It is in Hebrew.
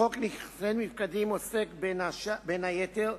חוק נכסי נפקדים עוסק, בין היתר,